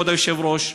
כבוד היושב-ראש,